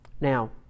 Now